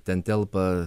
ten telpa